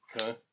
Okay